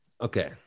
Okay